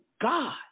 God